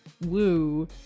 Woo